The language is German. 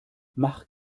mach